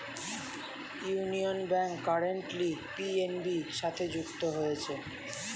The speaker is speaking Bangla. ইউনিয়ন ব্যাংক কারেন্টলি পি.এন.বি সাথে যুক্ত হয়েছে